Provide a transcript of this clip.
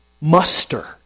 muster